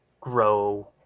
grow